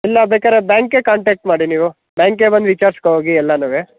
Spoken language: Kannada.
ಇಲ್ಲ ಬೇಕಾದ್ರೆ ಬ್ಯಾಂಕ್ಗೇ ಕಾಂಟ್ಯಾಕ್ಟ್ ಮಾಡಿ ನೀವು ಬ್ಯಾಂಕ್ಗೇ ಬಂದು ವಿಚಾರಿಸ್ಕೋ ಹೋಗಿ ಎಲ್ಲಾನು